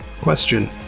Question